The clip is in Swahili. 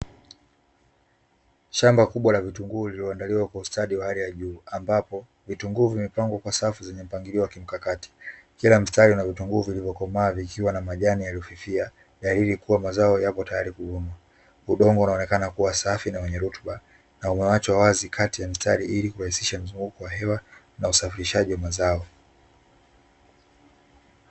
Shamba kubwa la vitunguu lililoandaliwa kwa ustadi wa hali ya juu, ambapo vitunguu vimepangwa kwa safu zenye mpangilio wa kimkakati, kila mstari una vitunguu vilivyokomaa vikiwa na majani yaliyofifia, dalili kuwa mazao yapo tayari kuvunwa, udongo unaonekana kuwa safi na wenye rutuba na umeachwa wazi kati ya mistari ili kurahisisha mzunguko wa hewa na usafirishaji wa mazao.